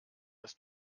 das